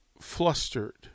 flustered